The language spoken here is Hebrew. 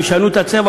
אם ישנו את הצבע,